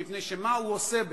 מפני שמה הוא עושה בעצם,